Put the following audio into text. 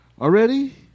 Already